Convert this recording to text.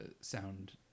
sound